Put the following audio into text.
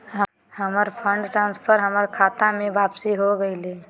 हमर fund transfer हमर खता में वापसी हो गेलय